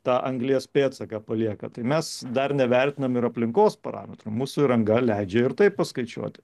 tą anglies pėdsaką palieka tai mes dar nevertinam ir aplinkos parametrų mūsų įranga leidžia ir taip paskaičiuoti